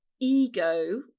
ego